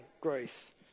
growth